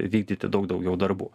vykdyti daug daugiau darbų